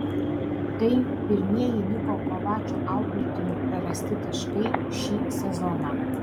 tai pirmieji niko kovačo auklėtinių prarasti taškai šį sezoną